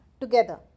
together